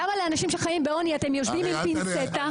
למה לאנשים שחיים בעוני אתם יושבים עם פינצטה?